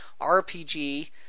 RPG